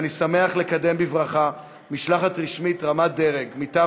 אני שמח לקדם בברכה משלחת רשמית רמת דרג מטעם